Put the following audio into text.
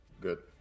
Good